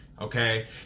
Okay